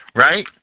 Right